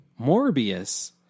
Morbius